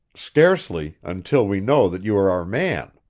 scarcely, until we know that you are our man.